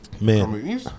Man